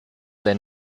they